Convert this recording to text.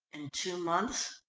in two months?